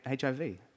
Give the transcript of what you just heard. HIV